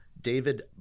david